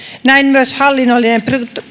näin myös hallinnollinen